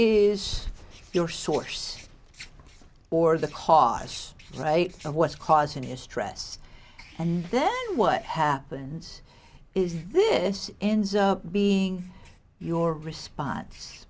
is your source or the cause of what's causing your stress and then what happens is this ends up being your response